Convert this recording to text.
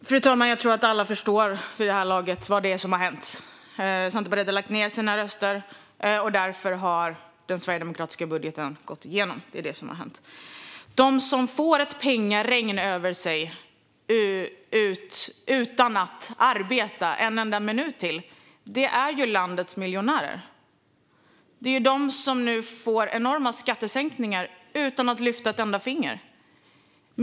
Fru talman! Jag tror att alla vid det här laget förstår vad det är som har hänt. Centerpartiet har lagt ned sina röster, och därför har den sverigedemokratiska budgeten gått igenom. Det är det som har hänt. De som får ett pengaregn över sig utan att arbeta en enda minut till är ju landets miljonärer. Det är de som nu får enorma skattesänkningar utan att lyfta ett enda finger.